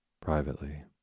Privately